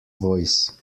voice